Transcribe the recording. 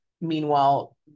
Meanwhile